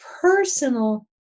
personal